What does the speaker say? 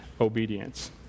obedience